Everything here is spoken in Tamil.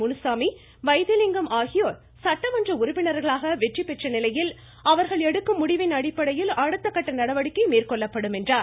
முனுசாமி வைத்தியலிங்கம் ஆகியோர் சட்டமன்ற உறுப்பினர்களாக வெற்றி பெற்ற நிலையில் அவர்கள் எடுக்கும் முடிவின் அடிப்படையில் அடுத்தக்கட்ட நடவடிக்கை மேற்கொள்ளப்படும் என்றார்